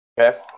Okay